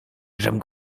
żem